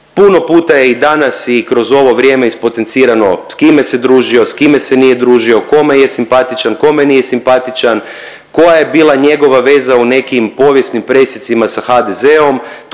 puno puta je i danas i kroz ovo vrijeme ispotencirano s kime se družio, s kime se nije družio, kome je simpatičan, kome nije simpatičan, koja je bila njegova veza u nekim povijesnim presjecima sa HDZ-om,